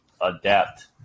adapt